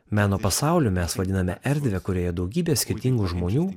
meno pasauliu mes vadiname erdve kurioje daugybė skirtingų žmonių